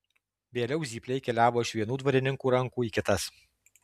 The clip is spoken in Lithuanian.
vėliau zypliai keliavo iš vienų dvarininkų rankų į kitas